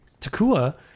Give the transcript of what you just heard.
Takua